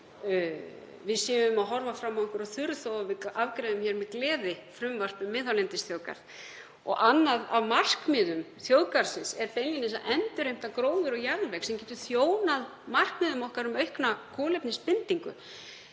við séum að horfa fram á einhverja þurrð þó að við afgreiðum hér með gleði frumvarp um miðhálendisþjóðgarð. Annað af markmiðum þjóðgarðsins er beinlínis að endurheimta gróður og jarðveg sem getur þjónað markmiðum okkar um aukna kolefnisbindingu.